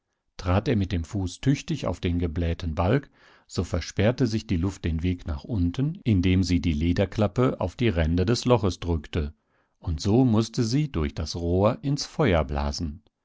trat er mit dem fuß tüchtig auf den geblähten balg so versperrte sich die luft den weg nach unten indem sie die lederklappe auf die ränder des loches drückte und so mußte sie durch das rohr ins feuer blasen